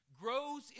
grows